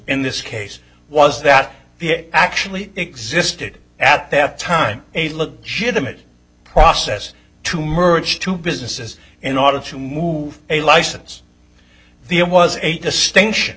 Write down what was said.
in this case was that actually existed at that time she had them it process to merge two businesses in order to move a license the it was a distinction